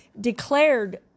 declared